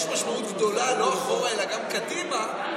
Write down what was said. יש משמעות גדולה לא אחורה אלא גם קדימה,